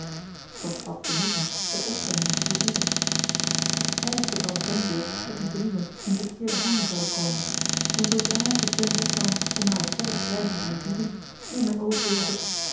toch had ik den moed niet het opzenden te verbieden ik ijsde van marcellus emants een drietal novellen het denkbeeld dat die brieven in verkeerde handen zouden komen en zoodra ik de pen opnam om haar het verder schrijven te verbieden viel mijn oog weer op het